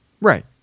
Right